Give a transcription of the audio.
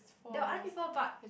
there were other people but